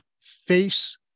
face